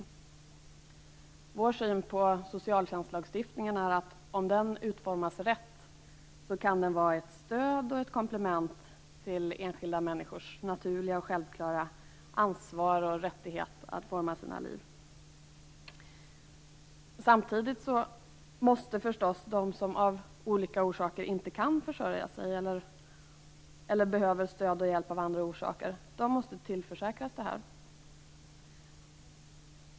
Moderaternas syn på socialtjänstlagstiftningen är att den, om den utformas rätt, kan vara ett stöd och ett komplement till enskilda människors naturliga och självklara ansvar för och rättighet att forma sina liv. Samtidigt måste förstås de som av olika orsaker inte kan försörja sig eller som behöver stöd och hjälp av andra orsaker tillförsäkras detta.